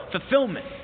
fulfillment